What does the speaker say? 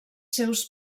seus